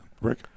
Rick